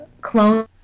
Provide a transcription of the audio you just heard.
clone